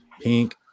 pink